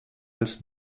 als